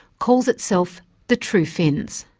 calls itself the true finns.